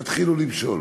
תתחילו למשול.